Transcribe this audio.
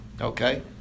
Okay